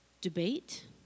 debate